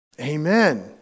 Amen